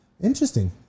interesting